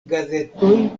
gazetoj